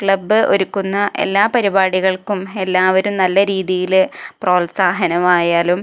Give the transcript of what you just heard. club ഒരുക്കുന്ന എല്ലാ പരിപാടികൾക്കും എല്ലാവരും നല്ല രീതിയിൽ പ്രോത്സാഹനമായാലും